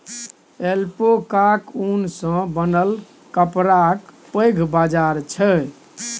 ऐल्पैकाक ऊन सँ बनल कपड़ाक पैघ बाजार छै